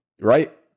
Right